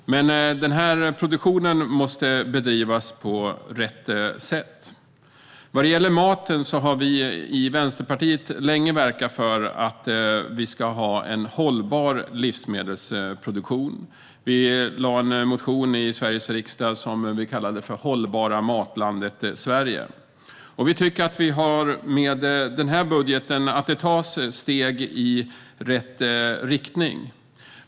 Denna produktion måste dock bedrivas på rätt sätt. Vad gäller maten har vi i Vänsterpartiet länge verkat för att Sverige ska ha en hållbar livsmedelsproduktion. Vi lämnade en motion i Sveriges riksdag som vi kallade Sverige - det hållbara matlandet , och vi tycker att det i denna budget tas steg i rätt riktning.